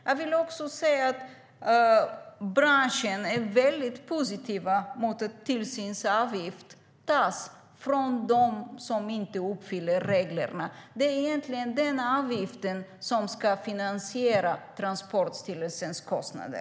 Jag vill också säga att branschen är mycket positiv till att en tillsynsavgift tas ut av dem som inte uppfyller reglerna. Det är egentligen den avgiften som ska finansiera Transportstyrelsens kostnader.